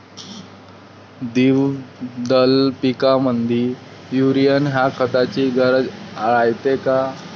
द्विदल पिकामंदी युरीया या खताची गरज रायते का?